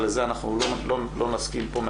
אבל לזה אנחנו לא נסכים פה,